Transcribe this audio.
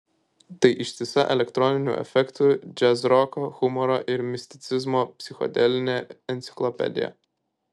tai ištisa elektroninių efektų džiazroko humoro ir misticizmo psichodelinė enciklopedija